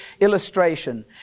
illustration